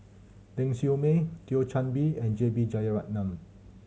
Ling Siew May Thio Chan Bee and J B Jeyaretnam